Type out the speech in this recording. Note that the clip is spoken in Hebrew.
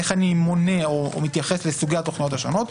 אני מונה או מתייחס לסוגי התכניות השונות,